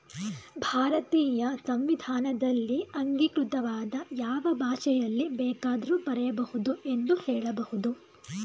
ಭಾರತೀಯ ಸಂವಿಧಾನದಲ್ಲಿ ಅಂಗೀಕೃತವಾದ ಯಾವ ಭಾಷೆಯಲ್ಲಿ ಬೇಕಾದ್ರೂ ಬರೆಯ ಬಹುದು ಎಂದು ಹೇಳಬಹುದು